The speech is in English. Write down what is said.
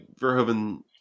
Verhoeven